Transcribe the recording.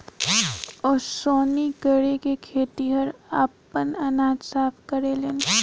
ओसौनी करके खेतिहर आपन अनाज साफ करेलेन